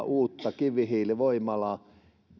uutta kivihiilivoimalaa